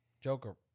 joker